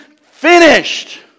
finished